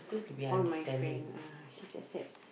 all my friend ah she's accept